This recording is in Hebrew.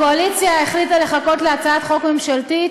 הקואליציה החליטה לחכות להצעת חוק ממשלתית